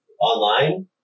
online